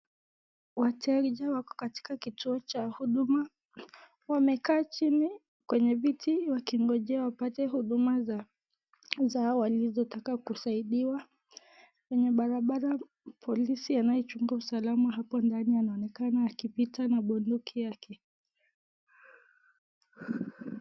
Wateja wako katika kituo cha huduma, wamekaa chini kwenye viti wakingojea wapate huduma zao walizotaka kusaidiwa, kwenye barabara polisi anayechunga usalama hapo ndani anaonekana akipita na bunduki yake.